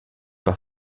par